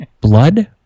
blood